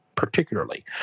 particularly